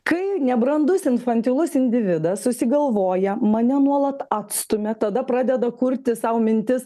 kai nebrandus infantilus individas susigalvoja mane nuolat atstumia tada pradeda kurti sau mintis